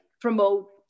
promote